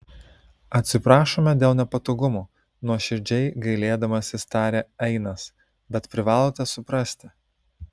atsiprašome dėl nepatogumų nuoširdžiai gailėdamasis tarė ainas bet privalote suprasti